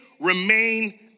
remain